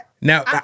now